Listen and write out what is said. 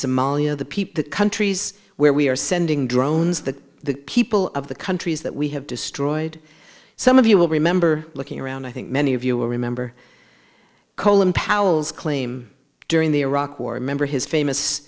somalia the peep the countries where we are sending drones the people of the countries that we have destroyed some of you will remember looking around i think many of you will remember colin powells claim during the iraq war a member his famous